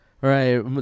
right